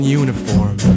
uniform